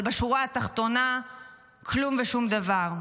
אבל בשורה התחתונה כלום ושום דבר.